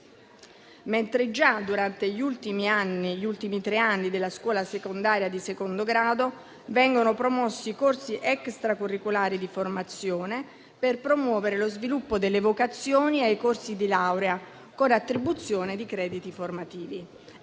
mentre già durante gli ultimi tre anni della scuola secondaria di secondo grado vengono promossi corsi extracurricolari di formazione per promuovere lo sviluppo delle vocazioni ai corsi di laurea con attribuzione di crediti formativi.